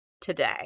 today